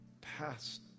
past